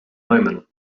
moment